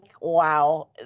wow